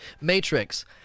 Matrix